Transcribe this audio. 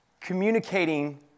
communicating